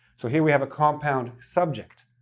so here we have a compound subject,